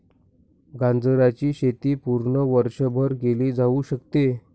गाजराची शेती पूर्ण वर्षभर केली जाऊ शकते